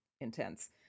intense